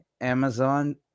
Amazon